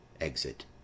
exit